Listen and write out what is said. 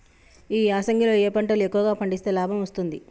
ఈ యాసంగి లో ఏ పంటలు ఎక్కువగా పండిస్తే లాభం వస్తుంది?